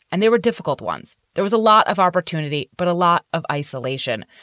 and there were difficult ones. there was a lot of opportunity, but a lot of isolation.